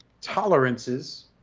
tolerances